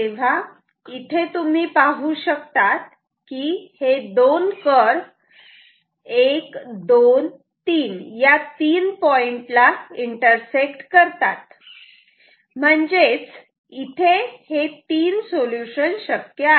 तेव्हा इथे तुम्ही पाहू शकतात कि हे दोन कर्व 1 2 3 या तीन पॉइंट ला इंटरसेक्ट करतात म्हणजेच इथे हे 3 सोल्युशन शक्य आहेत